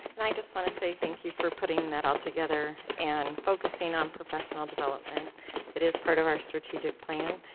and i just want to say thank you for putting that all together and focusing on professional development it is part of our strategic plan.